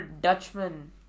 Dutchman